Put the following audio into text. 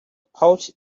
pouch